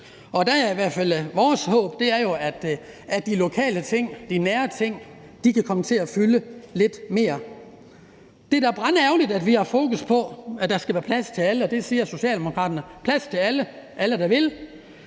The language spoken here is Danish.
skøjtet hen over, og vores håb er jo, at de lokale ting, de nære ting, kan komme til at fylde lidt mere. Det er da brandærgerligt, at når vi har fokus på, at der skal være plads til alle – det siger socialdemokraterne: plads til alle, der vil